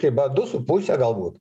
riba du su puse galbūt